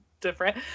different